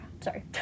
sorry